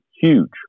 huge